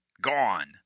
Gone